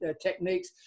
techniques